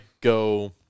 go